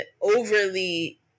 overly